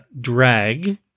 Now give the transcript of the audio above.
drag